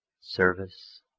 service